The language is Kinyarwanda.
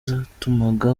zatumaga